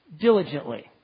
diligently